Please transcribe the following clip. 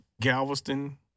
Galveston